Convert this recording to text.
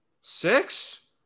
Six